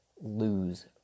lose